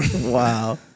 Wow